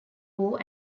war